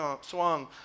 swung